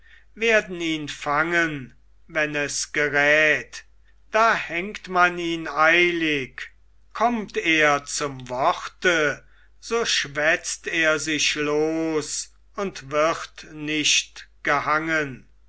werden ihn fangen wenn es gerät da hängt man ihn eilig kommt er zum worte so schwätzt er sich los und wird nicht gehangen